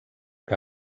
que